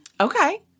okay